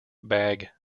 bag